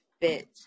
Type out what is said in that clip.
bit